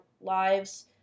lives